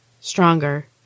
Stronger